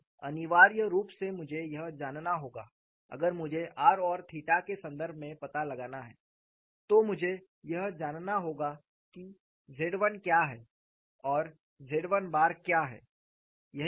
तो अनिवार्य रूप से मुझे यह जानना होगा अगर मुझे r और थीटा के संदर्भ में पता लगाना है तो मुझे यह जानना होगा कि Z 1 क्या है और Z 1 बार क्या है